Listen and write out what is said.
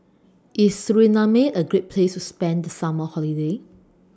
IS Suriname A Great Place to spend The Summer Holiday